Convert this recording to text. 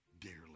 dearly